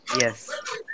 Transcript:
Yes